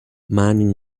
man